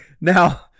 Now